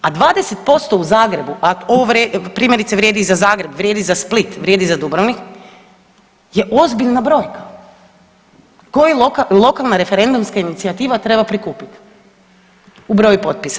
A 20% u Zagrebu, a ovo primjerice vrijedi i za Zagreb, vrijedi i za Split, vrijedi i za Dubrovnik je ozbiljna brojka koju lokalna referendumska inicijativa treba prikupiti u broju potpisa.